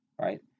right